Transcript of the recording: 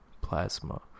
plasma